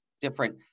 different